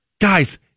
guys